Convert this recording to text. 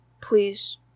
please